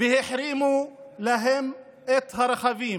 והחרימו להם את הרכבים.